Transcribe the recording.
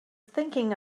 thinking